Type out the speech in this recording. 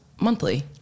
monthly